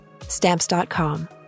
Stamps.com